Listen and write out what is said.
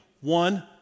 one